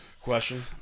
question